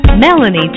Melanie